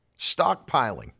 Stockpiling